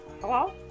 Hello